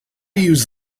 use